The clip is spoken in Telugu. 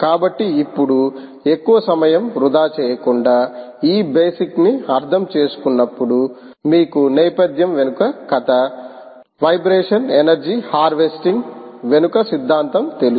కాబట్టి ఇప్పుడు ఎక్కువ సమయం వృథా చేయకుండా ఈ బేసిక్ ని అర్థం చేసుకున్నప్పుడు మీకు నేపథ్యం వెనుక కథ వైబ్రేషన్ ఎనర్జీ హార్వెస్టింగ్ వెనుక సిద్ధాంతం తెలుసు